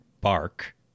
Bark